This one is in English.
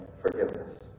forgiveness